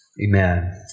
amen